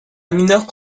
minorque